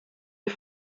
die